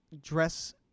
dress